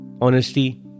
honesty